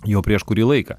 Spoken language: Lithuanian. jau prieš kurį laiką